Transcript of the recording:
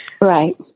Right